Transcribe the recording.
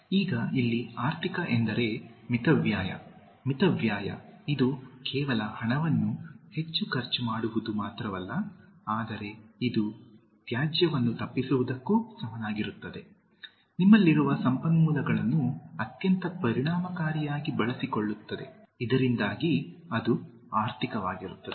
ಈಗ ಇಲ್ಲಿ ಆರ್ಥಿಕ ಎಂದರೆ ಮಿತವ್ಯಯ ಮಿತವ್ಯಯ ಇದು ಕೇವಲ ಹಣವನ್ನು ಹೆಚ್ಚು ಖರ್ಚು ಮಾಡುವುದು ಮಾತ್ರವಲ್ಲ ಆದರೆ ಇದು ತ್ಯಾಜ್ಯವನ್ನು ತಪ್ಪಿಸುವುದಕ್ಕೂ ಸಮನಾಗಿರುತ್ತದೆ ನಿಮ್ಮಲ್ಲಿರುವ ಸಂಪನ್ಮೂಲಗಳನ್ನು ಅತ್ಯಂತ ಪರಿಣಾಮಕಾರಿಯಾಗಿ ಬಳಸಿಕೊಳ್ಳುತ್ತದೆ ಇದರಿಂದಾಗಿ ಅದು ಆರ್ಥಿಕವಾಗಿರುತ್ತದೆ